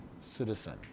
citizen